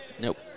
Nope